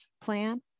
plan